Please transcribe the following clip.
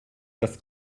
das